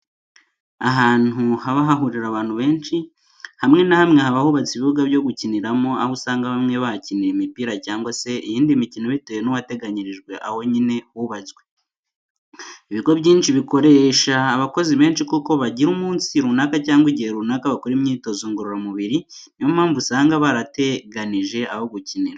Ahantu haba hahurira abantu benshi, hamwe na hamwe haba hubatse ibibuga byo gukiniramo, aho usanga bamwe bahakinira imipira cyangwa se iyindi mikino bitewe n'uwateganirijwe aho nyine hubatswe. Ibigo byinshi bikoresha abakozi benshi kuko bagira umunsi runaka cyangwa igihe runaka bakora imyitozo ngororamubiri ni yo mpamvu usanga barateganije aho gukinira.